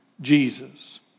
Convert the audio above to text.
Jesus